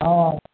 हँ